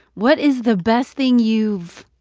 what is the best thing you've